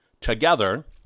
together